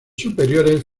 superiores